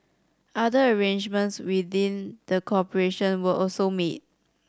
other arrangements within the corporation were also made